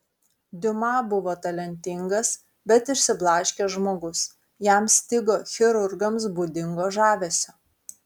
diuma buvo talentingas bet išsiblaškęs žmogus jam stigo chirurgams būdingo žavesio